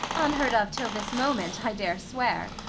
unheard of till this moment i dare swear.